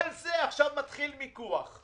על זה מתחיל מיקוח.